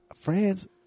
friends